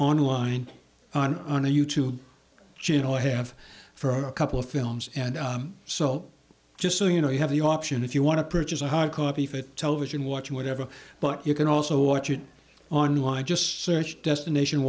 online on on a you tube channel have for a couple of films and so just so you know you have the option if you want to purchase a hard copy fit television watching whatever but you can also watch it online just search destination